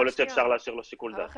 יכול להיות שאפשר להשאיר לו שיקול דעת.